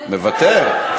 מוותר?